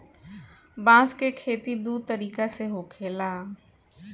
बांस के खेती दू तरीका से होखेला